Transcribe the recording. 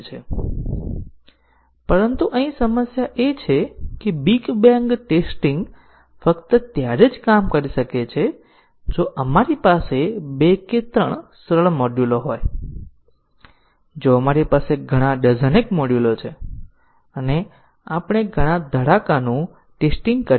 mutation testing પાછળનો મુખ્ય વિચાર એ છે કે આપણે પ્રોગ્રામમાં નાના ફેરફારો કરીએ છીએ અને જ્યારે આપણે કોઈ પ્રોગ્રામ બદલીએ છીએ જેનો બેઝીક રીતે એક બગ થાય છે